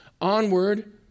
onward